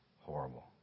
horrible